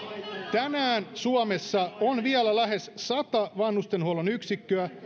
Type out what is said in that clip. tänään suomessa on vielä lähes sata vanhustenhuollon yksikköä